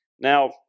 Now